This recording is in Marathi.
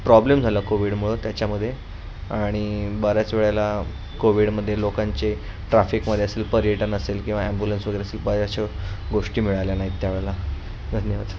प्रॉब्लेम झाला कोविडमुळे त्याच्यामध्ये आणि बऱ्याच वेळेला कोविडमध्ये लोकांचे ट्राफिकमध्ये असेल पर्यटन असेल किंवा ॲम्ब्युलन्स वगैरे असेल बऱ्याचशा गोष्टी मिळाल्या नाहीत त्यावेळेला धन्यवाद